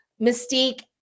mystique